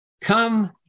come